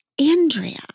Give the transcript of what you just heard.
Andrea